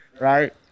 right